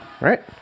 right